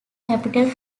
capital